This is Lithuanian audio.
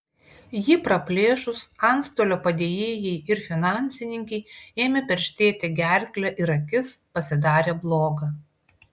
jį praplėšus antstolio padėjėjai ir finansininkei ėmė perštėti gerklę ir akis pasidarė bloga